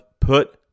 put